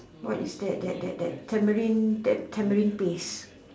what is that that that that tamarind that tamarind paste